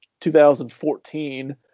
2014